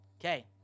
Okay